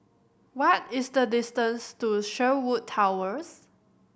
what is the distance to Sherwood Towers